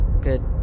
Good